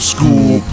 School